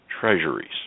treasuries